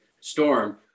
storm